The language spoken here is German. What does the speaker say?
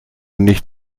nicht